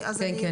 אין (ג).